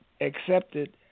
accepted